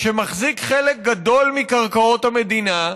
שמחזיק חלק גדול מקרקעות המדינה,